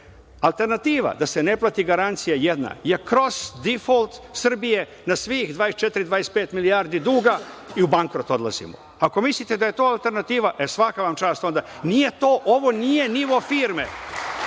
Alternativa da se ne plati garancija jedna je kroz difolt Srbije, da svih 24, 25 milijardi duga i u bankrot odlazimo. Ako mislite da je to alternativa, e svaka vam čast onda. Nije to, ovo nije nivo firme.